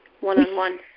one-on-one